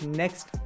next